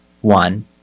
one